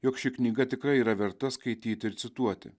jog ši knyga tikrai yra verta skaityti ir cituoti